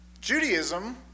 Judaism